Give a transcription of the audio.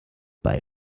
bei